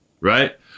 right